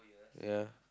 ya